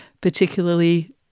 particularly